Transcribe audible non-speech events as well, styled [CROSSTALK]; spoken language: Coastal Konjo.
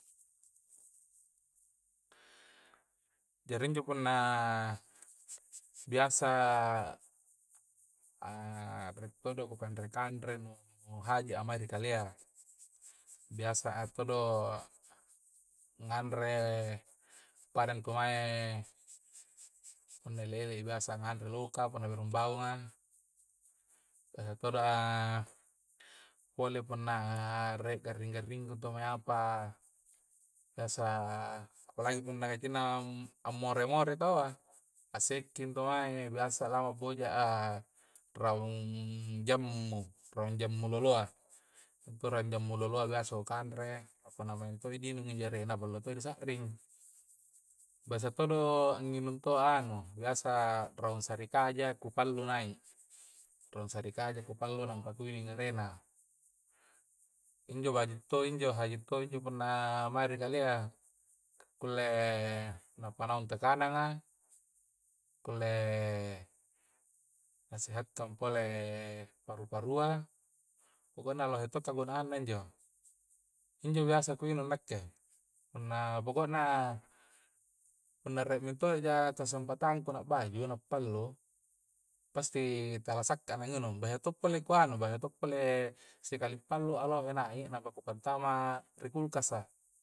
Jari injo punna biasa [HESITATION] rie todo ku kanre-kanre nu haji'a amari kalea biasa a' todo nganre padang ngkungae punna ele-ele biasa nganre loka punna beru bangung a' todo a' pole punna re' garrng-garring kuintu mae apa biasa apalagi punna nentinna ammore-more taua assengki tu mae biasa lampa boja'a raung jammu raung jammu loloa. intu jammu loloa biasa ku kanre apana maeng intu dinginung jari annabai to' disa'ring biasa todo anginung toa anu biasa raung sarikaja ku pallu nai' raung sarikaja ku pallu nampa kunginung erena. injo baji'to injo haji'to injo punna maeri kalea kulle kulle panaung takananga, kulle nasiha'kan pole paru-parua pokokna lohe to kagun [HESITATION] nna injo injo biasa ku nginung nakke puanna pokokna rie minto' ja kasempatangku na baju na pallu pasti tala sekka manginung bahayu to pole ku nganu bahaya to pole sikali pallua lohe nai' nampa kupattama ri kulkasa.